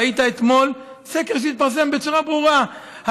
ראית אתמול סקר שהתפרסם בצורה ברורה: